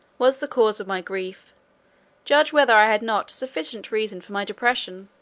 was the cause of my grief judge whether i had not sufficient reason for my depression.